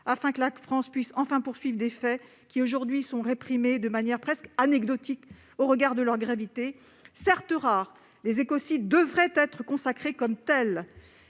afin que la France puisse enfin poursuivre des faits qui sont aujourd'hui réprimés de manière presque anecdotique au regard de leur gravité. Les écocides sont certes rares, mais ils devraient être consacrés comme tels.